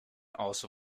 also